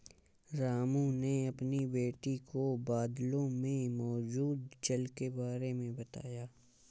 रामू ने अपनी बेटी को बादलों में मौजूद जल के बारे में बताया